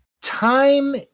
time